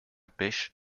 pêche